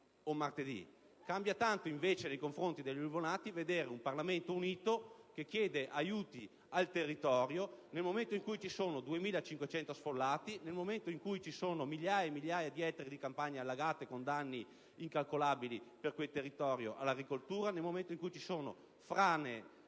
o martedì prossimo. Cambia tanto invece nei confronti degli alluvionati vedere un Parlamento unito che chiede aiuti al territorio, nel momento in cui ci sono 2.500 sfollati, migliaia e migliaia di ettari di campagne allagate, con danni incalcolabili per l'agricoltura, nel momento in cui ci sono strade